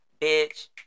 bitch